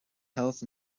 health